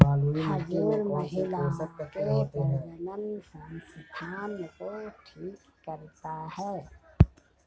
खजूर महिलाओं के प्रजननसंस्थान को ठीक करता है